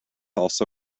also